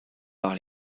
par